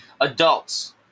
adults